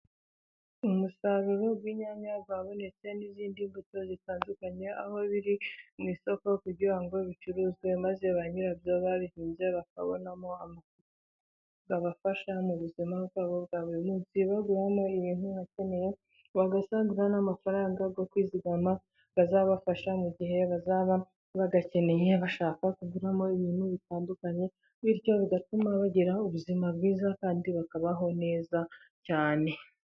Umusaruro w'inyanya wabonetse n'izindi mbuto zitandukanye, aho biri mu isoko kugira ngo bicuruzwe maze ba nyirabyo babihinze bakabonamo amafaranga abafasha mu buzima bwabo bwa buri munsi, baguramo ibintu bakeneye bagasagura n'amafaranga yo kwizigama, azabafasha mu gihe bazaba bayakeneye bashaka kuguramo ibintu bitandukanye, bityo bigatuma bagira ubuzima bwiza kandi bakabaho neza cyane.